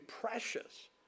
precious